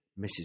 Mrs